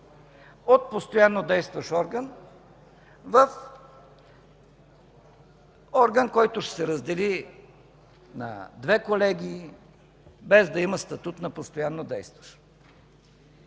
от постоянно действащ орган в орган, който ще се раздели на две колегии без да има статут на постоянно действащ.